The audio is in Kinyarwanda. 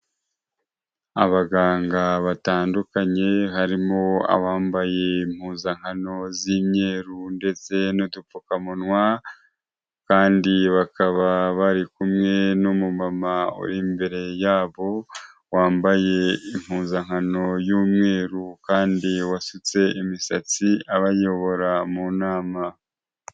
Abaganga batandukanye, harimo abambaye impuzankano z'imyeru ndetse n'udupfukamunwa kandi bakaba bari kumwe n'umumama uri imbere yabo, wambaye impuzankano y'umweru kandi wasutse imisatsi abayobora mu nama.